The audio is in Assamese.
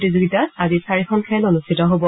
প্ৰতিযোগিতাৰ আজি চাৰিখন খেল অনুষ্ঠিত হ'ব